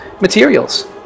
materials